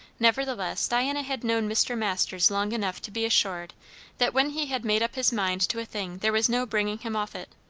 nevertheless diana had known mr. masters long enough to be assured that when he had made up his mind to a thing, there was no bringing him off it.